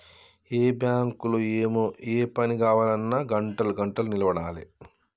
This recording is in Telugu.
ఏం బాంకులో ఏమో, ఏ పని గావాల్నన్నా గంటలు గంటలు నిలవడాలె